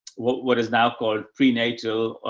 what, what is now called prenatal, ah,